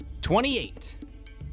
Twenty-eight